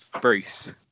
Bruce